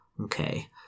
okay